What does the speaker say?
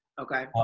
Okay